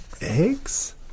eggs